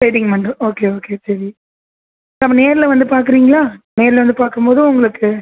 wedding மட்டும் okay okay சரி அப்போ நேரில் வந்து பார்க்குறீங்களா நேரில் வந்து பார்க்கும்போது உங்களுக்கு